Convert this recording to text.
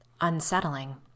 unsettling